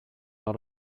out